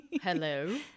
hello